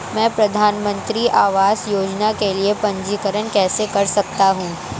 मैं प्रधानमंत्री आवास योजना के लिए पंजीकरण कैसे कर सकता हूं?